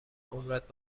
عمرت